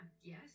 yes